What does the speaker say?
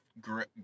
great